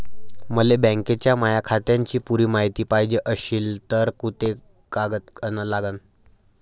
मले बँकेच्या माया खात्याची पुरी मायती पायजे अशील तर कुंते कागद अन लागन?